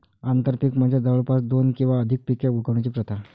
आंतरपीक म्हणजे जवळपास दोन किंवा अधिक पिके उगवण्याची प्रथा